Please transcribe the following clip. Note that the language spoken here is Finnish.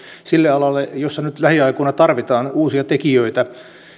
sille alalle jolla nyt lähiaikoina tarvitaan uusia tekijöitä